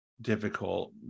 difficult